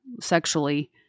sexually